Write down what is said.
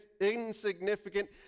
insignificant